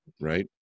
right